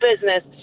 business